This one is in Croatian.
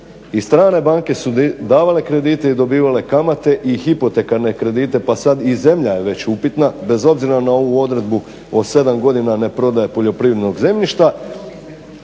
i strane banke su davale kredite i dobivale kamate i hipotekarne kredite pa sad i zemlja je već upitna bez obzira na ovu odredbu o sedam godina neprodaje poljoprivrednog zemljišta.